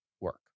work